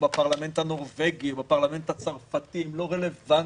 או בפרלמנט הנורווגי או בפרלמנט הצרפתי הם לא רלוונטיים,